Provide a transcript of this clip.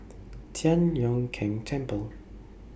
Tian Leong Keng Temple